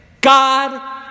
God